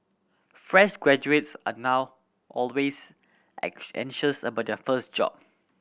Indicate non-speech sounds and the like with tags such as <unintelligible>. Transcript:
fresh graduates are now always <unintelligible> anxious about their first job